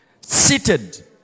seated